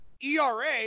era